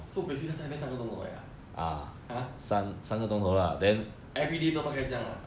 so basically 在那边三个钟头而已啊 !huh! everyday 都大概这样啊